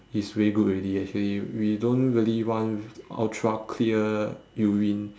is very good already actually we don't really want ultra clear urine